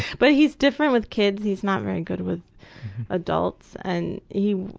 but he's different with kids, he's not very good with adults, and he,